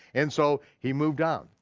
and so he moved on.